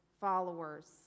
followers